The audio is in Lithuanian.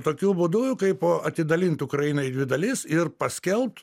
tokiu būdu kaipo atidalint ukrainą į dvi dalis ir paskelbt